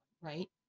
right